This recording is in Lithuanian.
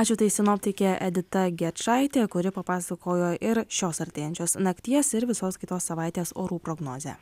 ačiū tai sinoptikė edita gečaitė kuri papasakojo ir šios artėjančios nakties ir visos kitos savaitės orų prognozę